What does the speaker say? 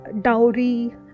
dowry